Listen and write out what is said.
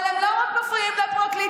אבל הם לא מפריעים רק לפרקליטות,